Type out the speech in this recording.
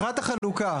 חברת החלוקה.